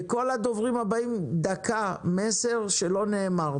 כל הדוברים הבאים, דקה, מסר שלא נאמר.